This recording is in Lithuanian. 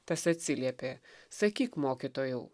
tas atsiliepė sakyk mokytojau